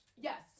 Yes